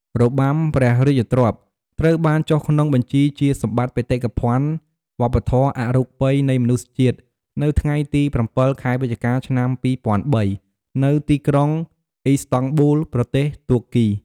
របាំព្រះរាជទ្រព្យ ត្រូវបានចុះក្នុងបញ្ជីជាសម្បត្តិបេតិកភណ្ឌវប្បធម៌អរូបីនៃមនុស្សជាតិ នៅថ្ងៃទី៧ ខែវិច្ឆិកា ឆ្នាំ២០០៣ នៅទីក្រុងអ៊ីស្តង់ប៊ុល ប្រទេសតួកគី។